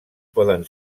poden